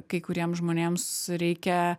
kai kuriems žmonėms reikia